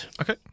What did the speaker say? Okay